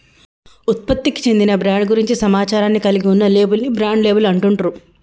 ఉత్పత్తికి చెందిన బ్రాండ్ గురించి సమాచారాన్ని కలిగి ఉన్న లేబుల్ ని బ్రాండ్ లేబుల్ అంటుండ్రు